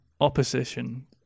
opposition